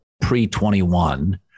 pre-21